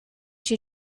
she